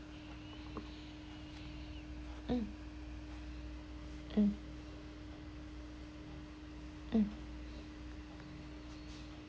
mm mm mm